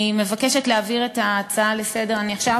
אני מבקשת להעביר את ההצעה לסדר-היום